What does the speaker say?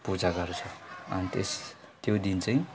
पूजा गर्छ अनि त्यस त्यो दिन चाहिँ